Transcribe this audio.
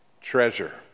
treasure